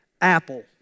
Apple